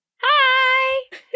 Hi